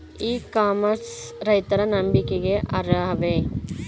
E commerce ರೈತರ ನಂಬಿಕೆಗೆ ಅರ್ಹವೇ?